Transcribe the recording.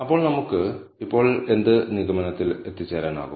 അപ്പോൾ നമുക്ക് ഇപ്പോൾ എന്ത് നിഗമനത്തിൽ എത്തിച്ചേരാനാകും